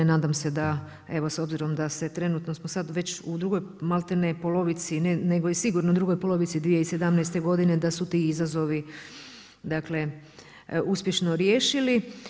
Nadam se da evo s obzirom da se trenutno smo sada već u drugoj malte ne polovici, ne nego i sigurno drugoj polovici 2017. godine da su tu izazovi uspješno riješili.